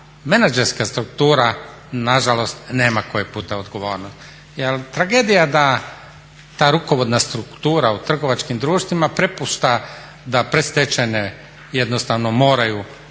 menadžerska struktura nažalost nema koji puta odgovornost. Jel tragedija da ta rukovodna struktura u trgovačkim društvima prepušta da predstečajne jednostavno moraju